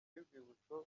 y’urwibutso